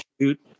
Shoot